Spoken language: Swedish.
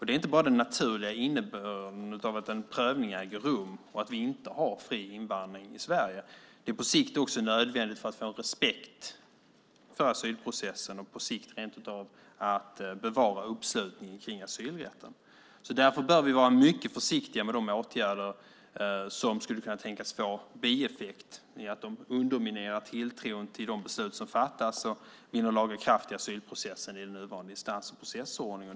Det är inte bara den naturliga innebörden av att en prövning äger rum och att vi inte har fri invandring till Sverige. Det är på sikt också nödvändigt för att få respekt för asylprocessen. Det handlar på sikt rent av om att bevara uppslutningen kring asylrätten. Därför bör vi vara mycket försiktiga med de åtgärder som skulle kunna tänkas få bieffekten att de underminerar tilltron till de beslut som fattas och vinner laga kraft i asylprocessen i den nuvarande instans och processordningen.